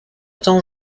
temps